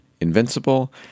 Invincible